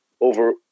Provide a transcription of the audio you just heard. over